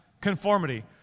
Conformity